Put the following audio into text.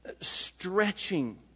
stretching